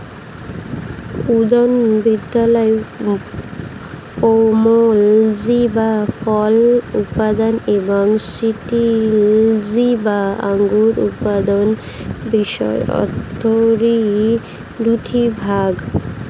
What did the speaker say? উদ্যানবিদ্যায় পোমোলজি বা ফল উৎপাদন এবং ভিটিলজি বা আঙুর উৎপাদন বিশেষ অর্থকরী দুটি বিভাগ